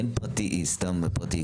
אין סתם בתי חולים פרטיים.